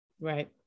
Right